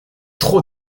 trop